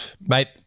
Mate